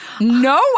No